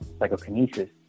psychokinesis